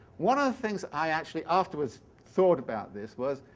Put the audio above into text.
one of the things i actually afterwards thought about this was,